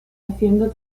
haciendo